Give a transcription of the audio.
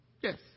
Yes